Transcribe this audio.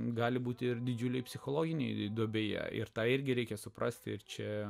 gali būti ir didžiulėje psichologinėje duobėje ir tai irgi reikia suprasti ir čia